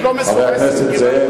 חבר הכנסת זאב,